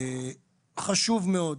חשוב מאוד,